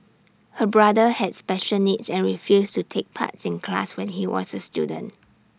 her brother had special needs and refused to take parts in class when he was A student